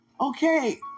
Okay